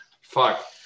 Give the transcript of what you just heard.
fuck